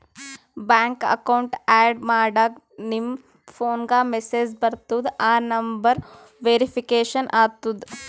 bank account add ಮಾಡಾಗ್ ನಿಮ್ ಫೋನ್ಗ ಮೆಸೇಜ್ ಬರ್ತುದ್ ಆ ನಂಬರ್ ವೇರಿಫಿಕೇಷನ್ ಆತುದ್